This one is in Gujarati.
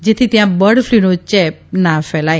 જેથી ત્યાં બર્ડફ્લનો ચેપ ના ફેલાય